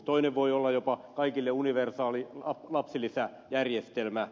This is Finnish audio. toinen voi olla jopa kaikille universaali lapsilisäjärjestelmä